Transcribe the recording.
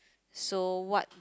so what do